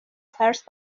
ترس